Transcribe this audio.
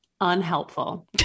unhelpful